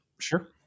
sure